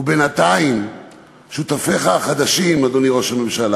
ובינתיים שותפיך החדשים, אדוני ראש הממשלה,